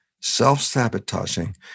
self-sabotaging